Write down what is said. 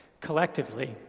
Collectively